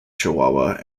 chihuahua